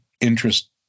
interest